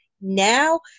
now